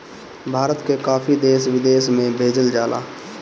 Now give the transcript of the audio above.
भारत के काफी देश विदेश में भेजल जाला